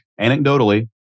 anecdotally